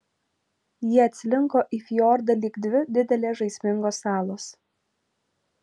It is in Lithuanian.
jie atslinko į fjordą lyg dvi didelės žaismingos salos